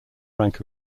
rank